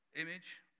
image